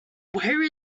where